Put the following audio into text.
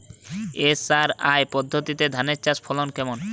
SRI পদ্ধতিতে ধান চাষের ফলন কেমন?